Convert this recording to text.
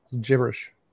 Gibberish